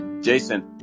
Jason